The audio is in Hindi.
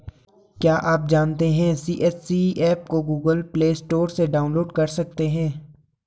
क्या आप जानते है सी.एच.सी एप को गूगल प्ले स्टोर से डाउनलोड कर सकते है?